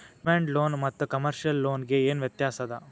Demand loan ಮತ್ತ commercial loan ಗೆ ಏನ್ ವ್ಯತ್ಯಾಸದ?